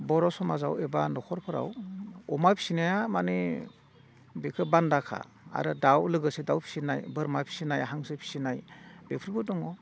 बर' समाजाव एबा न'खरफोराव अमा फिसिनाया माने बेखो बान्दाखा आरो दाउ लोगोसे दाउ फिसिनाय बोरमा फिसिनाय हांसो फिसिनाय बेफोरबो दङ